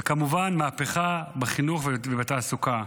וכמובן, מהפכה בחינוך ובתעסוקה.